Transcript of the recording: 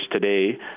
today